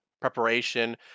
preparation